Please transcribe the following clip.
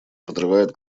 подрывает